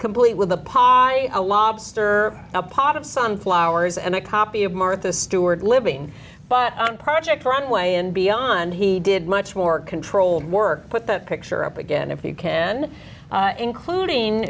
complete with a pai a lobster a pot of sunflowers and a copy of martha stewart living but on project runway and beyond he did much more controlled work put the picture up again if you can including